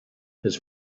his